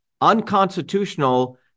unconstitutional